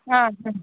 ಹಾಂ ಹಾಂ